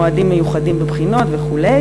מועדים מיוחדים בבחינות וכו'.